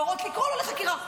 להורות לקרוא לו לחקירה,